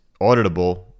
auditable